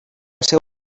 ser